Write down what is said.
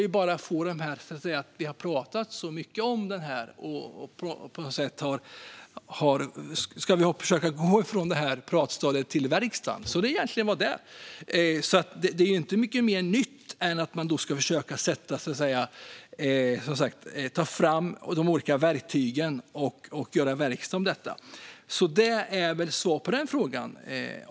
Vi har tagit fram en strategi, och nu ska vi försöka gå från pratstadiet till verkstaden. Det är egentligen vad det är. Det är inte mycket mer nytt än att man ska försöka ta fram de olika verktygen och göra verkstad av det. Det är svaret på den frågan.